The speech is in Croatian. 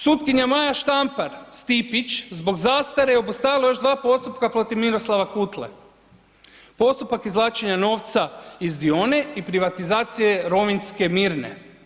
Sutkinja Maja Štampar Stipić zbog zastare je obustavila još dva postupka protiv Miroslava Kutle, postupak izvlačenja novca iz Dione i privatizacije Rovinjske Mirne.